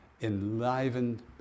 enlivened